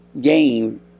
game